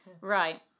right